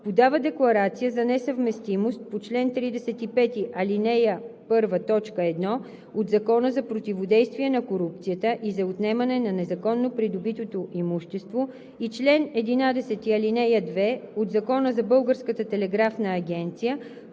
подава декларация за несъвместимост по чл. 35, ал. 1, т. 1 от Закона за противодействие на корупцията и за отнемане на незаконно придобитото имущество и чл. 11, ал. 2 от Закона за Българската телеграфна агенция